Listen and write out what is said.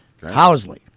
Housley